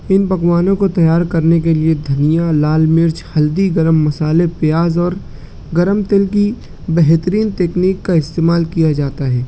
ان پکوانوں کو تیار کرنے کے لیے دھنیا لال مرچ ہلدی گرم مسالے پیاز اور گرم تل کی بہترین تکنیک کا استعمال کیا جاتا ہے